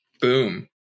Boom